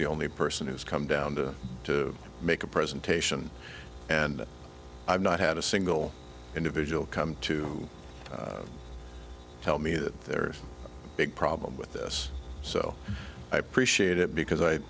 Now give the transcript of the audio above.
the only person who's come down to make a presentation and i've not had a single individual come to tell me that there's a big problem with this so i appreciate it because i